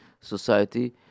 society